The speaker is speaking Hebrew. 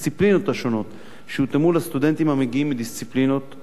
השונות שהותאמו לסטודנטים המגיעים מדיסציפלינות אחרות.